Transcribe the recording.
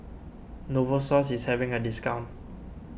Novosource is having a discount